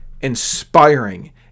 inspiring